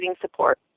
support